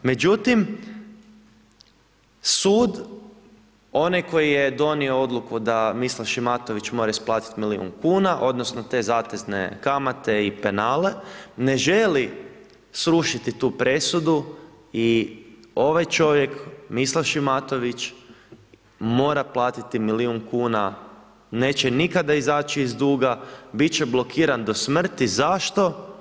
Međutim, sud onaj koji je donio odluku da Mislav Šimatović mora isplatiti milijun kuna odnosno te zatezne kamate i penale, ne želi srušiti tu presudu i ovaj čovjek, Mislav Šimatović mora platiti milijun kuna, neće nikada izaći iz duga, bit će blokiran do smrti, zašto?